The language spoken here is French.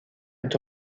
est